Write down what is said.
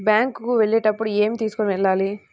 Bank కు వెళ్ళేటప్పుడు ఏమి తీసుకొని వెళ్ళాలి?